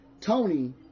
Tony